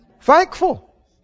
thankful